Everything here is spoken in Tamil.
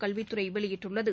கல்வித் துறை வெளியிட்டுள்ளது